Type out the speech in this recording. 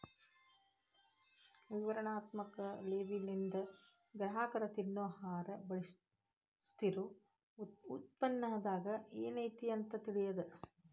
ವಿವರಣಾತ್ಮಕ ಲೇಬಲ್ಲಿಂದ ಗ್ರಾಹಕರ ತಿನ್ನೊ ಆಹಾರ ಬಳಸ್ತಿರೋ ಉತ್ಪನ್ನದಾಗ ಏನೈತಿ ಅಂತ ತಿಳಿತದ